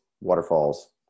waterfalls